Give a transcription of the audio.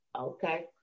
Okay